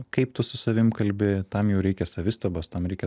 kaip tu su savim kalbi tam jau reikia savistabos tam reikia